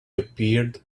appeared